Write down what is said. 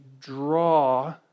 draw